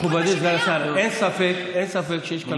מכובדי סגן השר, אין ספק שיש כאן שאלות קשות.